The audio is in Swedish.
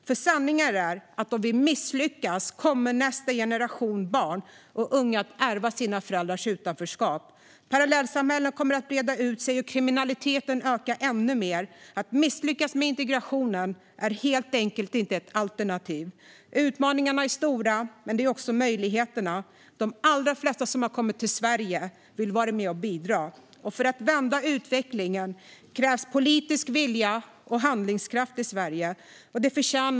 För sanningen är att om vi misslyckas kommer nästa generation barn och unga att ärva sina föräldrars utanförskap. Parallellsamhällena kommer att breda ut sig och kriminaliteten öka ännu mer. Att misslyckas med integrationen är helt enkelt inte ett alternativ. Utmaningarna är stora, men det är också möjligheterna. De allra flesta som har kommit till Sverige vill vara med och bidra. För att vända utvecklingen krävs politisk vilja och handlingskraft i Sverige.